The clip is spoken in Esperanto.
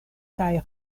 kaj